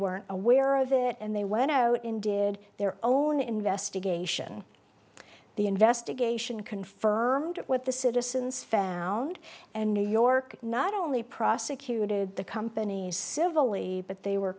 weren't aware of it and they went out in did their own investigation the investigation confirmed what the citizens found and new york not only prosecuted the company's civil lee but they were